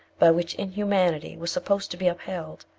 by which inhumanity was supposed to be upheld,